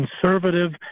conservative